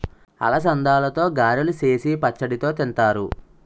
అలసందలతో గారెలు సేసి పచ్చడితో తింతారు